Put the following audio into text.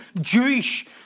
Jewish